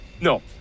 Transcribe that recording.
no